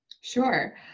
Sure